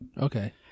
Okay